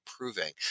improving